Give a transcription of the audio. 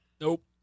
nope